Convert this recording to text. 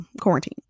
quarantine